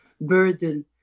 burden